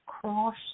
cross